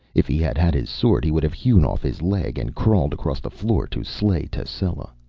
if he had had his sword he would have hewn off his leg and crawled across the floor to slay tascela.